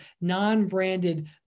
non-branded